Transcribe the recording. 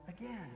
again